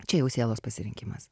čia jau sielos pasirinkimas